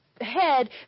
head